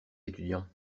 étudiants